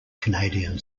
canadian